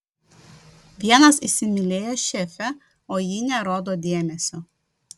vienas įsimylėjo šefę o ji nerodo dėmesio